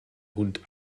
hund